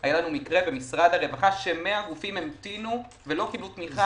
היה לנו מקרה במשרד הרווחה ש-100 גופים המתינו ולא קיבלו תמיכה.